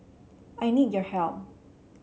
I need your help